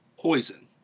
Poison